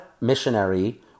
missionary